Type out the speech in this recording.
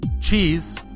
cheese